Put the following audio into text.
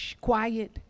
quiet